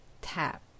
Tap